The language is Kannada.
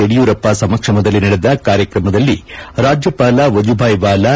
ಯಡಿಯೂರಪ್ಪ ಸಮಕ್ಷಮದಲ್ಲಿ ನಡೆದ ಕಾರ್ಯಕ್ರಮದಲ್ಲಿ ರಾಜ್ಯಪಾಲ ವಜೂಭಾಯಿ ವಾಲಾ